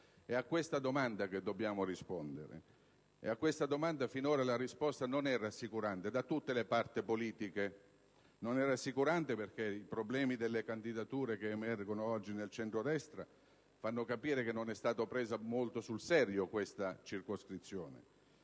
È a questa domanda che dobbiamo rispondere, ma finora la risposta alla stessa non è stata rassicurante da tutte le parti politiche, perché i problemi delle candidature che emergono oggi nel centrodestra fanno capire che non è stata presa molto sul serio questa circoscrizione;